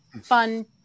fun